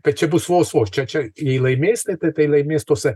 tai čia bus vos vos čia čia jei laimės tai tai tai laimės tuose